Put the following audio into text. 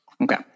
Okay